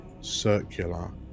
circular